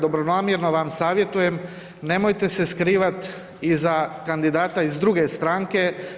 Dobronamjerno vam savjetujem nemojte se skrivati iza kandidata iz druge stranke.